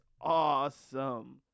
awesome